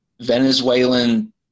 Venezuelan